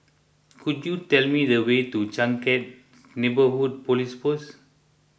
could you tell me the way to Changkat Neighbourhood Police Post